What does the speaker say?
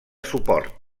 suport